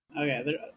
Okay